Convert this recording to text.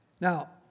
Now